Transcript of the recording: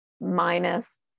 minus